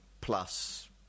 plus